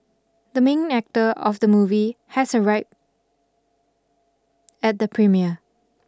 the main actor of the movie has arrived at the premiere